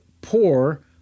poor